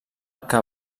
que